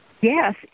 Yes